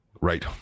Right